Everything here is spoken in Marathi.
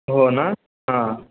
हो ना हां